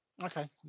Okay